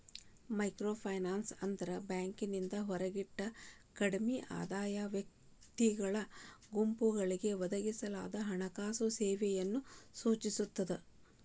microfinance ಅಂದ್ರ ಬ್ಯಾಂಕಿಂದ ಹೊರಗಿಟ್ಟ ಕಡ್ಮಿ ಆದಾಯದ ವ್ಯಕ್ತಿಗಳ ಗುಂಪುಗಳಿಗೆ ಒದಗಿಸಲಾದ ಹಣಕಾಸು ಸೇವೆಗಳನ್ನ ಸೂಚಿಸ್ತದ